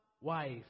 wife